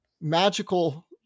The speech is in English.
magical